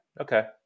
Okay